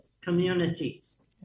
communities